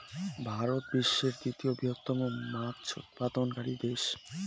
ভারত বিশ্বের তৃতীয় বৃহত্তম মাছ উৎপাদনকারী দেশ